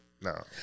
No